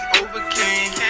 overcame